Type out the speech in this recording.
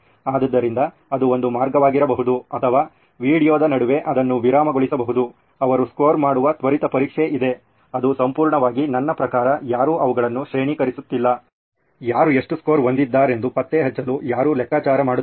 ಆದ್ದರಿಂದ ಅದು ಒಂದು ಮಾರ್ಗವಾಗಿರಬಹುದು ಅಥವಾ ವೀಡಿಯೊದ ನಡುವೆ ಅದನ್ನು ವಿರಾಮಗೊಳಿಸಬಹುದು ಅವರು ಸ್ಕೋರ್ ಮಾಡುವ ತ್ವರಿತ ಪರೀಕ್ಷೆ ಇದೆ ಅದು ಸಂಪೂರ್ಣವಾಗಿ ನನ್ನ ಪ್ರಕಾರ ಯಾರೂ ಅವುಗಳನ್ನು ಶ್ರೇಣೀಕರಿಸುತ್ತಿಲ್ಲ ಯಾರೂ ಎಷ್ಟು ಸ್ಕೋರ್ ಹೊಂದಿದ್ದಾರೆಂದು ಪತ್ತೆಹಚ್ಚಲು ಯಾರೂ ಲೆಕ್ಕಾಚಾರ ಮಾಡುತ್ತಿಲ್ಲ